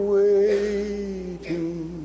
waiting